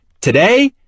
today